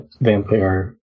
vampire